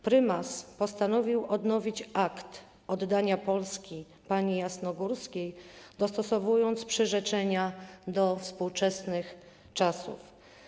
Prymas postanowił odnowić akt oddania Polski Pani Jasnogórskiej, dostosowując przyrzeczenia do współczesnych czasów.